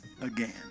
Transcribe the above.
again